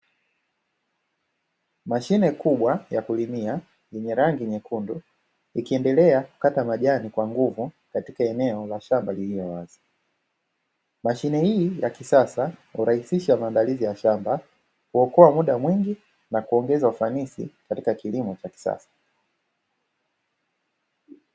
Mashine kubwa ya kulimia yenye rangi nyekundu, ikiendelea kukata majani kwa nguvu katika eneo la shamba lililo wazi. Mashine hii ya kisasa hurahisisha maandalizi ya shamba, huokoa muda mwingi na kuongeza ufanisi katika kilimo cha kisasa.